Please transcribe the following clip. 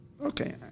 Okay